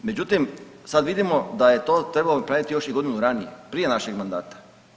Međutim, sad vidimo da je to trebao napraviti još i godinu ranije prije našeg mandata.